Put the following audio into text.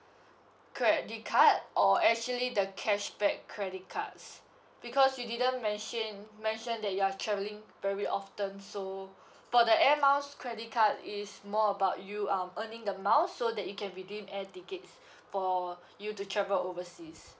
credit card or actually the cashback credit cards because you didn't mention mention that you are travelling very often so for the air miles credit card is more about you um earning the miles so that you can redeem air tickets for you to travel overseas